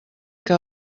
que